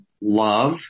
love